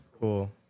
Cool